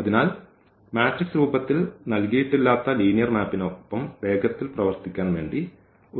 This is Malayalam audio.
അതിനാൽ മാട്രിക്സ് രൂപത്തിൽ നൽകിയിട്ടില്ലാത്ത ലീനിയർ മാപ്പിനൊപ്പം വേഗത്തിൽ പ്രവർത്തിക്കാൻ